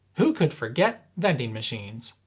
who could forget vending machines?